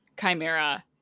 Chimera